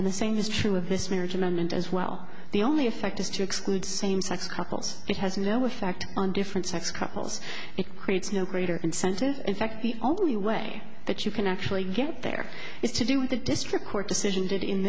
and the same is true of this marriage amendment as well the only effect is to exclude same sex couples it has no effect on different sex couples it creates no greater incentive in fact the only way that you can actually get there is to do with the district court decision